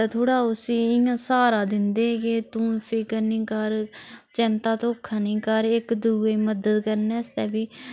तां थोह्ड़ा उसी इ'यां स्हारा दिंदे के तूं फिकर नी कर चैंता धोखा नी कर इक दुए दी मदद करने आस्तै बी